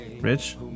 Rich